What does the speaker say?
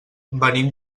venim